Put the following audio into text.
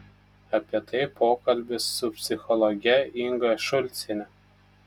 apie tai pokalbis su psichologe inga šulciene